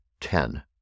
ten